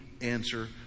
answer